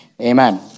Amen